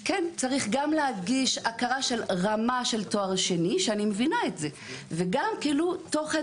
כן צריך גם להגיש רמה של תואר שני וגם תוכן